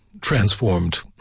transformed